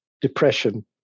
depression